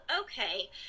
okay